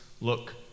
look